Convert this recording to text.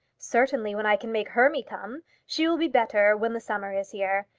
certainly when i can make hermy come. she will be better when the summer is here.